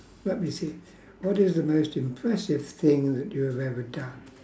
let me see what is the most impressive thing that you have ever done